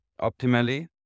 optimally